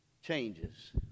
Changes